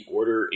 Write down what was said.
Order